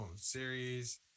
Series